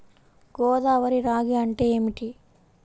గోదావరి రాగి అంటే ఏమిటి?